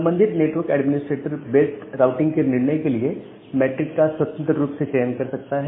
संबंधित network administrator best routing के निर्णय के लिए मैट्रिक का स्वतंत्र रूप से चयन कर सकता है